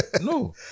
No